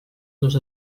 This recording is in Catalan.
los